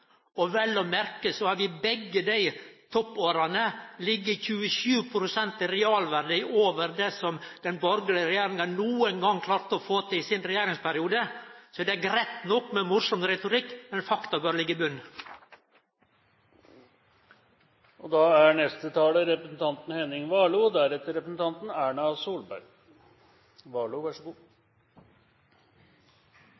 Og vel å merke har vi begge dei toppåra lege 27 pst. i realverdi over det som den borgarlege regjeringa nokon gong klarte å få til i sin regjeringsperiode. Det er greitt nok med morosam retorikk, men fakta må liggje i botnen. Jeg skal gjerne oppklare noen fakta, i forlengelsen av forrige talers innlegg. Det er